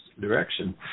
direction